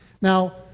Now